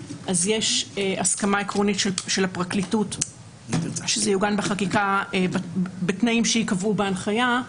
יש הסכמה עקרונית של הפרקליטות שזה יעוגן בחקיקה בתנאים שייקבעו בהנחיה,